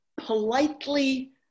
politely